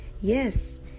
Yes